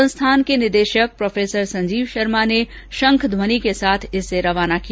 संस्थान के निदेशक प्रो संजीव शर्मा ने शंख ध्वनि के साथ इसे रवाना किया